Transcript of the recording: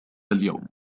اليوم